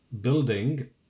building